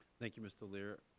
thank you, mr. leer.